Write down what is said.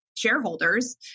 shareholders